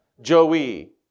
Joey